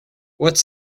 what’s